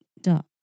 duck